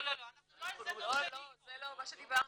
לא, זה לא מה שדיברת.